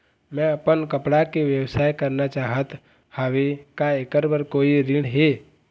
मैं अपन कपड़ा के व्यवसाय करना चाहत हावे का ऐकर बर कोई ऋण हे?